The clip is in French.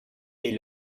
est